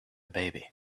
baby